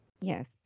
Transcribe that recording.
yes